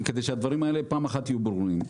כדי שהדברים האלה פעם אחת יהיו ברורים.